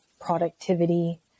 productivity